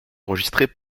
enregistrées